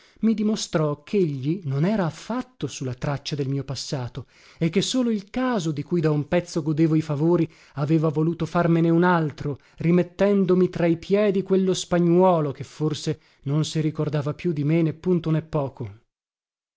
mi dimostrò chegli non era affatto su la traccia del mio passato e che solo il caso di cui da un pezzo godevo i favori aveva voluto farmene un altro rimettendomi tra i piedi quello spagnuolo che forse non si ricordava più di me né punto né poco